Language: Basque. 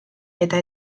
eta